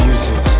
Music